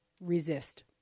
resist